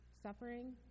suffering